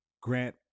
Grant